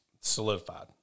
solidified